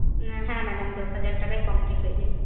হ্যাঁ ম্যাডাম দশ হাজার টাকায় কমপ্লিট হয়ে যায়